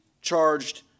charged